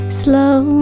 slow